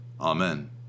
Amen